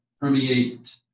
permeate